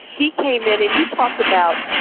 he came in and he talked about,